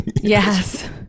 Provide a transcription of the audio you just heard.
Yes